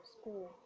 school